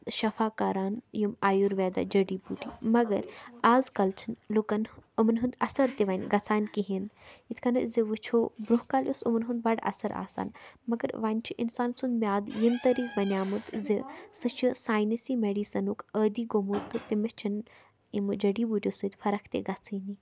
شفاء کَران یِم آیُرویدا جٔڈی بوٗٹی مگر آز کَل چھِنہٕ لُکَن یِمَن ہُنٛد اَثر تہِ وَنۍ گژھان کِہیٖنۍ یِتھ کٔن أسۍ زِ وٕچھو برٛونٛہہ کالہِ اوس یِمَن ہُنٛد بَڑٕ اَثر آسان مگر وَنۍ چھِ اِنسان سُنٛد میٛادٕ ییٚمۍ طریٖقہٕ بَنیومُت زِ سُہ چھُ ساینٔسی مٮ۪ڈیٖسَنُک عٲدی گوٚمُت تہٕ تٔمِس چھِنہٕ اِمہٕ جٔڈی بوٗٹۍ یو سۭتۍ فرق تہِ گَژھٲنی